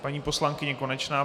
Paní poslankyně Konečná.